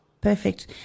perfect